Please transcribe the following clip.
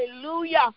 Hallelujah